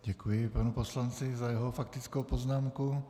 Děkuji panu poslanci za jeho faktickou poznámku.